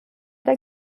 der